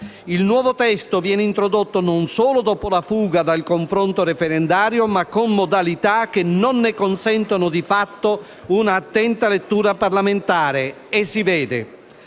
Il nuovo testo viene introdotto non solo dopo la fuga dal confronto referendario, ma con modalità che non ne consentono, di fatto, un'attenta lettura parlamentare, e si vede.